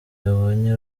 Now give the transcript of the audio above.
yabonye